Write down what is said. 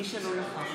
מי שלא נכח.